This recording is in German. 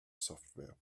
software